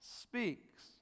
speaks